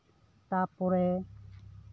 ᱛᱟᱨᱯᱚᱨᱮ